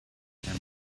them